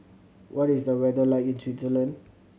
what is the weather like in Switzerland